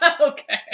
Okay